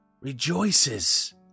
rejoices